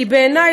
היא בעיני,